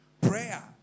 Prayer